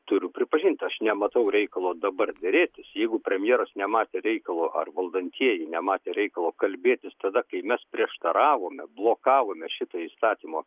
turiu pripažinti aš nematau reikalo dabar derėtis jeigu premjeras nematė reikalo ar valdantieji nematė reikalo kalbėtis tada kai mes prieštaravome blokavome šitą įstatymo